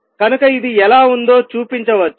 కనుకఇది ఎలా ఉందో చూపించవచ్చు